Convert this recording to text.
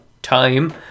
Time